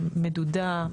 מדודה,